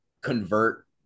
convert